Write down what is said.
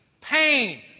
Pain